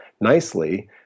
nicely